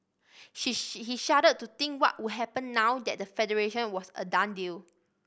he he shuddered to think what would happen now that the Federation was a done deal